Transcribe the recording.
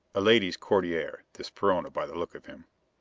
a ladies' courtier, this perona by the look of him.